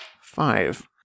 Five